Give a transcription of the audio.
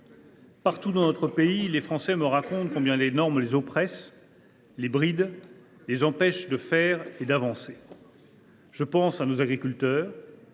Partout dans notre pays, les Français me racontent combien les normes les oppressent, les brident, les empêchent de faire et d’avancer. « Je pense à nos agriculteurs,